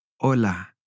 hola